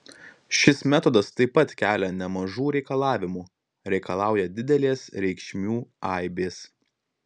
šis metodas taip pat kelia nemažų reikalavimų reikalauja didelės reikšmių aibės